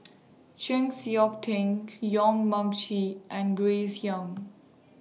Chng Seok Tin Yong Mun Chee and Grace Young